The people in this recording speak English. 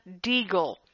Deagle